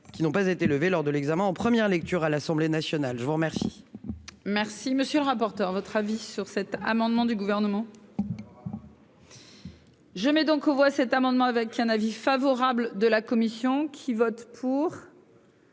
qui n'ont pas été levés lors de l'examen en première lecture à l'Assemblée nationale, je vous remercie. Merci, monsieur le rapporteur, votre avis sur cet amendement du gouvernement. Je mets donc aux voix cet amendement avec un avis favorable de la commission qui vote pour.